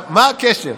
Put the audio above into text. מה הקשר?